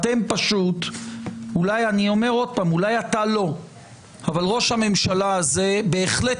אולי אתה לא אבל ראש הממשלה הזה בהחלט